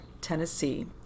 Tennessee